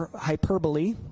hyperbole